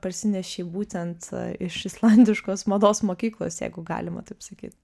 parsinešei būtent iš islandiškos mados mokyklos jeigu galima taip sakyt